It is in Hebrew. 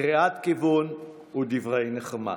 קריאת כיוון ודברי נחמה.